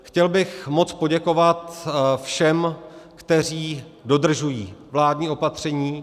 Chtěl bych moc poděkovat všem, kteří dodržují vládní opatření.